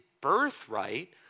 birthright